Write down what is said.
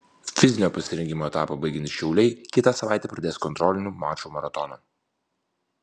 fizinio pasirengimo etapą baigiantys šiauliai kitą savaitę pradės kontrolinių mačų maratoną